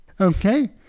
Okay